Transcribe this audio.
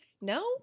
No